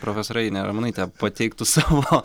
profesorė ainė ramonaitė pateiktų savo